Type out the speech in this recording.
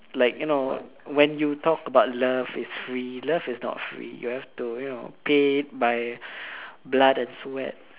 like you know when you talk about love is free love is not free you have to you know pay by blood and sweat